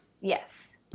yes